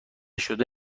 شده